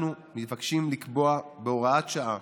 אנחנו מבקשים לקבוע בהוראת שעה